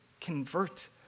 convert